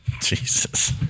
jesus